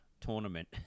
tournament